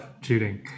shooting